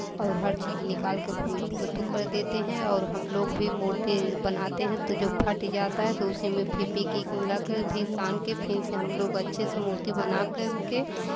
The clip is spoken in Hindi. और हर चीज़ निकालकर कर देते हैं और हम लोग भी मूर्ती बनाते हैं तो जो फट जाता है तो उसी में फेविकिक मिलाकर भी सान के फिर से हम लोग अच्छे से मूर्ति बना करके